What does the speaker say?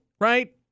Right